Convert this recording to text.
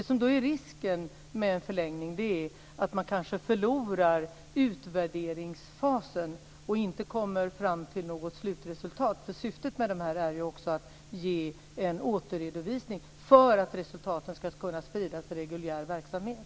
Risken med en förlängning är att man kanske förlorar utvärderingsfasen och inte kommer fram till något slutresultat. Syftet med dessa är ju också att ge en återredovisning för att resultaten ska kunna spridas i reguljär verksamhet.